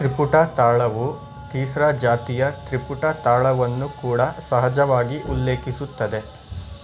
ತ್ರಿಪುಟ ತಾಳವು ತೀಸ್ರಾ ಜಾತಿಯ ತ್ರಿಪುಟ ತಾಳವನ್ನು ಕೂಡ ಸಹಜವಾಗಿ ಉಲ್ಲೇಖಿಸುತ್ತದೆ